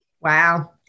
Wow